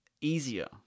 easier